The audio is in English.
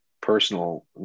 personal